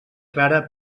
clara